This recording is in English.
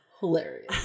hilarious